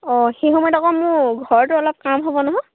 অঁ সেই সময়ত আকৌ মোৰ ঘৰতো অলপ কাম হ'ব নহয়